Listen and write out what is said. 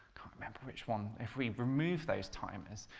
remember which one, if we remove those timers,